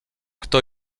kto